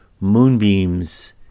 moonbeams